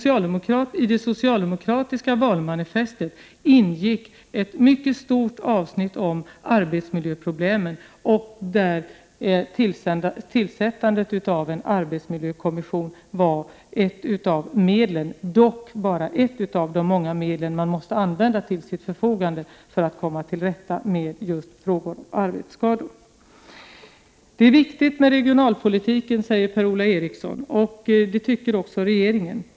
I det socialdemokratiska valmanifestet ingick ett mycket stort avsnitt om arbetsmiljöproblemen där tillsättandet av en arbetsmiljökommission var ett, dock bara ett, av de många medlen som man måste ha till sitt förfogande för att komma till rätta med just frågorna om arbetsskador. Det är viktigt med regionalpolitiken, säger Per-Ola Eriksson. Det tycker även regeringen.